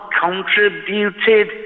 contributed